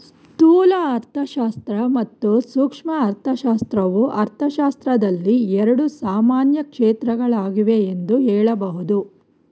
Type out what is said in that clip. ಸ್ಥೂಲ ಅರ್ಥಶಾಸ್ತ್ರ ಮತ್ತು ಸೂಕ್ಷ್ಮ ಅರ್ಥಶಾಸ್ತ್ರವು ಅರ್ಥಶಾಸ್ತ್ರದಲ್ಲಿ ಎರಡು ಸಾಮಾನ್ಯ ಕ್ಷೇತ್ರಗಳಾಗಿವೆ ಎಂದು ಹೇಳಬಹುದು